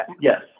Yes